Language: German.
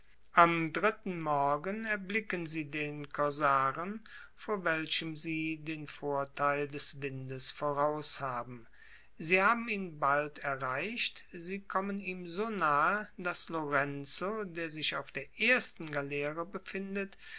am dritten morgen erblicken sie den korsaren vor welchem sie den vorteil des windes voraushaben sie haben ihn bald erreicht sie kommen ihm so nahe daß lorenzo der sich auf der ersten galeere befindet